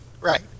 Right